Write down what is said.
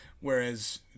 whereas